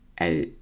out